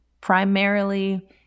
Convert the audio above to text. primarily